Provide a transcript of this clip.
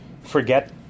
forget